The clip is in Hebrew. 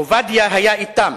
עובדיה היה אתם.